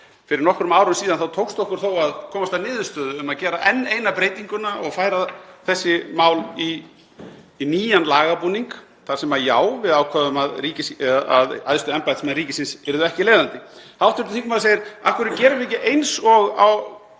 Fyrir nokkrum árum síðan tókst okkur þó að komast að niðurstöðu um að gera enn eina breytinguna og færa þessi mál í nýjan lagabúning þar sem já, við ákváðum að æðstu embættismenn ríkisins yrðu ekki leiðandi. Hv. þingmaður segir: Af hverju gerum við ekki eins og